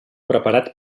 preparat